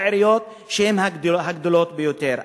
לעיריות שהן הגדולות ביותר.